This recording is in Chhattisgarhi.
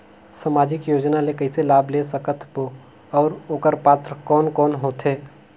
समाजिक योजना ले कइसे लाभ ले सकत बो और ओकर पात्र कोन कोन हो थे?